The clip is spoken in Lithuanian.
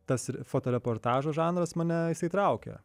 tas fotoreportažo žanras mane įtraukė